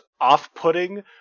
off-putting